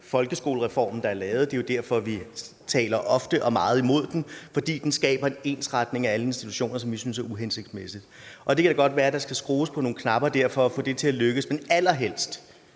folkeskolereform, der er lavet, og det er jo også derfor, vi ofte taler meget imod den. For den skaber en ensretning af alle institutionerne, som vi synes er uhensigtsmæssig, og det kan da godt være, at der dér skal skrues på nogle knapper for at få det til at lykkes. Men vi ser allerhelst,